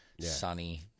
Sunny